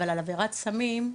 אבל על עבירת סמים,